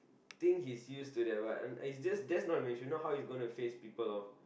think he's used to that but um it's just that's not the solution if not how he going to face people lor